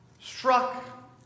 struck